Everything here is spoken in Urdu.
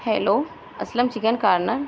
hello Aslam chicken corner